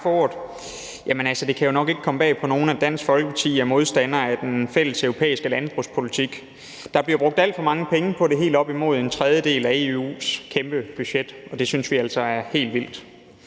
Det kan jo nok ikke komme bag på nogen, at Dansk Folkeparti er modstander af den fælles europæiske landbrugspolitik. Der bliver brugt alt for mange penge på den – helt op imod en tredjedel af EU's kæmpe budget – og det synes vi altså er helt vildt.